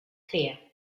clear